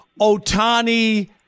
Otani